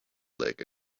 lake